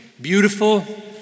beautiful